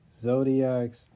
zodiacs